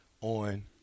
on –